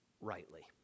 rightly